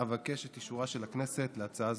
אבקש את אישורה של הכנסת להצעה זו.